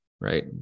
right